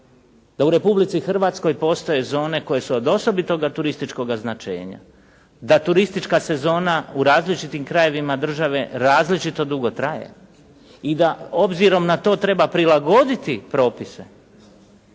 da u Republici Hrvatskoj postoje zone koje su od osobitog turističkog značenja, da turistička sezona u različitim krajevima države različito dugo traje i da obzirom na to treba prilagoditi propise.